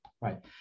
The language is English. Right